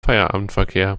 feierabendverkehr